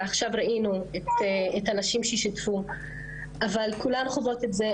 ועכשיו ראינו את הנשים ששיתפו - כולן חוות את זה.